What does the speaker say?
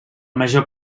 major